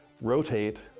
rotate